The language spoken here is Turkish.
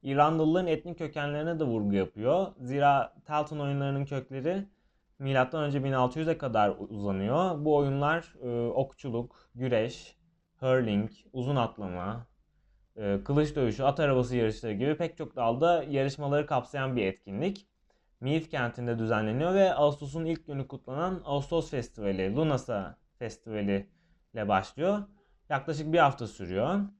İrlandalıların etnik kökenlerine de vurgu yapıyor. Zira Talton oyunlarının kökleri M.Ö. 1600'e kadar uzanıyor. Bu oyunlar, eee, okçuluk, güreş, hurling, uzun atlama, eee, kılıç dövüşü, at arabası yarışları gibi pek çok dalda yarışmaları kapsayan bir etkinlik. Meath kentinde düzenleniyor ve Ağustos'un ilk günü kutlanan Ağustos Festivali, Lunasa Festivali'yle başlıyor. Yaklaşık bir hafta sürüyor.